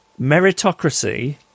meritocracy